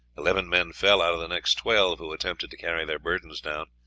eleven men fell, out of the next twelve who attempted to carry their burdens down.